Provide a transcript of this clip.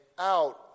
out